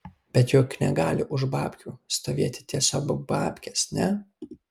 bet juk negali už babkių stovėti tiesiog babkės ne